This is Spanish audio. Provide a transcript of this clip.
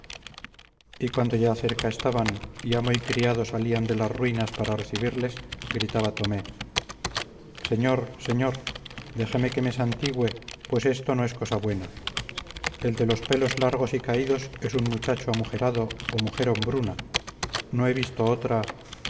y cuando ya cerca estaban y amo y criado salían de las ruinas para recibirles gritaba tomé señor señor déjeme que me santigüe pues esto no es cosa buena el de los pelos largos y caídos es un muchacho amujerado o mujer hombruna no he visto otra